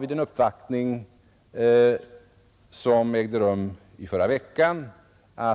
Vid en uppvaktning som ägde rum i förra veckan lovade jag